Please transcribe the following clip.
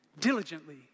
diligently